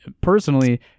personally